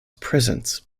prisons